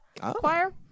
choir